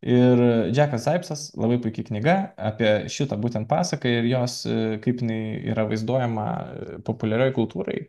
ir džekas saipsas labai puiki knyga apie šitą būtent pasaką ir jos kaip jinai yra vaizduojama populiarioj kultūroj